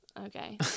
Okay